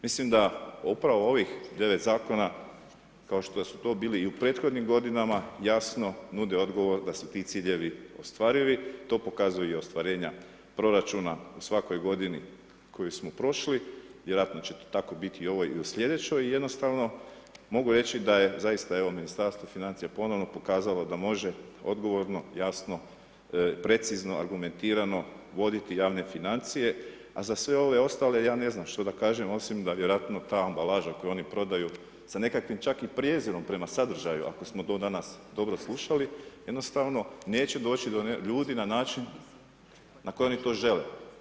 Mislim da upravo ovih 9 zakona kao što su to bili i u prethodnim godinama, jasno nude odgovor da su ti ciljevi ostvarivi, to pokazuje i ostvarenje proračuna u svakoj godini koju smo prošli, vjerojatno će to tako biti i u ovoj i u slijedećoj i jednostavno mogu reći da je zaista evo Ministarstvo financija ponovno pokazalo da može odgovorno, jasno, precizno, argumentirano voditi javne financije, a za sve ove ostale ja ne znam što da kažem osim da vjerojatno ta ambalaža koju oni prodaju sa nekakvim čak i prijezirom prema sadržaju ako smo to danas dobro slušali jednostavno neće doći do ljudi na način na način na koji oni to žele.